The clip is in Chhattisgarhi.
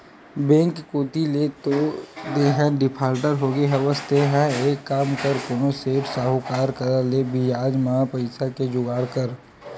बेंक कोती ले तो तेंहा डिफाल्टर होगे हवस तेंहा एक काम कर कोनो सेठ, साहुकार करा ले बियाज म पइसा के जुगाड़ कर